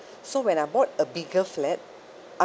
so when I bought a bigger flat I